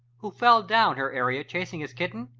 who fell down her area chasing his kitten,